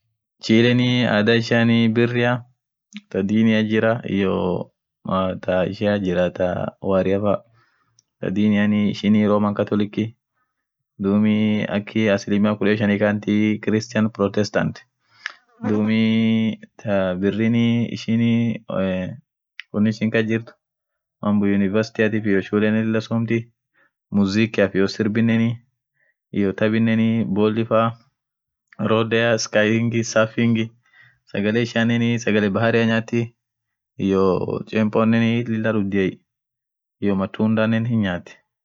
Chileenii adhaa ishia birria thaa diniathi Jira iyo maa thaa ishia Jira thaa wariafaa thaa dini ishin romaan catholic dhub akii asilimia kudhen shanii khantiii christian protestors dhub thaa birrinii ishin wonn ishin kasjirthu mambo university iyo shulenen lila somthiii mzikiaf iyo sirbinen iyo thabinen bolifaa rodhea sky ring sagale ishianen sagale bahari nyathii iyo cheponen lila dhudiye iyo matudane hin nyathii